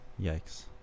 Yikes